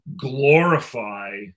glorify